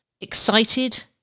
excited